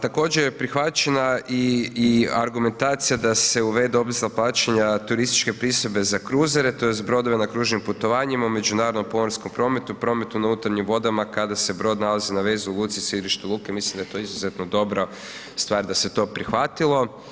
Također je prihvaćena i argumentacija da se uvede obveza plaćanja turističke pristojbe za kruzere tj. brodove na kružnim putovanjima u međunarodnom pomorskom prometu, prometu na unutarnjim vodama kada se brod nalazi na vezu u luci u sirištu luke, mislim da je to izuzetno dobra stvar da se to prihvatilo.